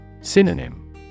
Synonym